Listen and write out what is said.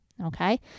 Okay